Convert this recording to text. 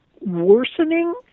worsening